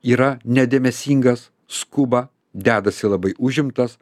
yra nedėmesingas skuba dedasi labai užimtas